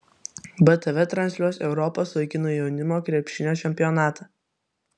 btv transliuos europos vaikinų jaunimo krepšinio čempionatą